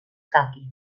caqui